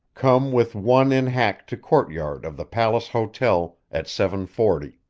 come with one in hack to courtyard of the palace hotel at seven forty.